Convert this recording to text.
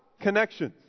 connections